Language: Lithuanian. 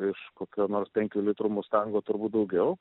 iš kokio nors penkių litrų mustango turbūt daugiau